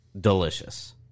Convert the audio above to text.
delicious